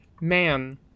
man